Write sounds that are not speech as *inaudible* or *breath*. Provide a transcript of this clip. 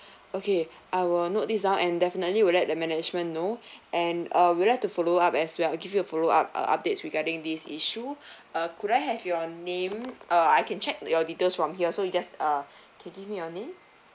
*breath* okay I will note this down and definitely will let the management know *breath* and uh we'd like to follow up as well give you a follow up uh updates regarding this issue *breath* uh could I have your name uh I can check your details from here so you just uh can give me your name